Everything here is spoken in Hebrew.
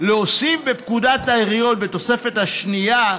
הייתה להוסיף בפקודת העיריות, בתוספת השנייה,